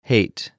Hate